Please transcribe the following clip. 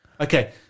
Okay